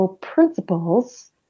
principles